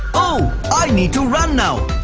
oh, i need to run now.